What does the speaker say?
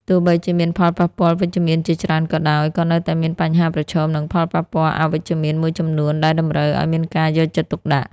ទោះបីជាមានផលប៉ះពាល់វិជ្ជមានជាច្រើនក៏ដោយ ក៏នៅតែមានបញ្ហាប្រឈម និងផលប៉ះពាល់អវិជ្ជមានមួយចំនួនដែលតម្រូវឱ្យមានការយកចិត្តទុកដាក់។